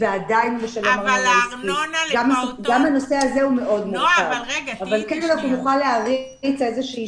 גם הנושא הזה הוא מאוד מורכב אבל כן נוכל להריץ איזושהי